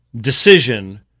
decision